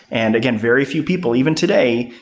and again, very few people, even today,